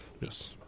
yes